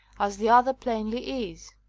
as the other plainly is.